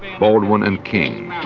baldwin and king,